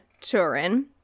Turin